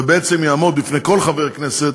ויעמדו לרשות כל חבר כנסת